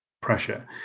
pressure